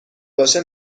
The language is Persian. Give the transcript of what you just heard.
باشه